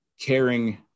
caring